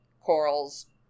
corals